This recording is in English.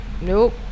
nope